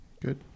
Good